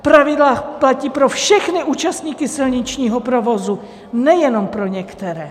Pravidla platí pro všechny účastníky silničního provozu, ne jenom pro některé.